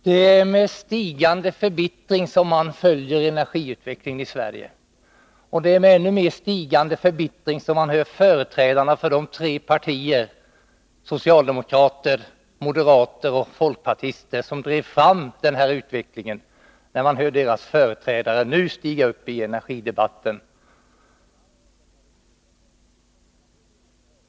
Herr talman! Det är med stigande förbittring som man följer energiutvecklingen i Sverige. Och det är med ännu mera stigande förbittring som man ser företrädarna för de tre partier — socialdemokrater, moderater och folkpartister — som drev fram den här utvecklingen på detta sätt gå upp i energidebatten.